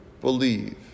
believe